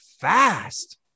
fast